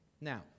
now